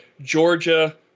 Georgia